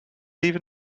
leave